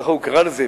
ככה הוא קרא לזה,